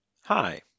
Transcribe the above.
Hi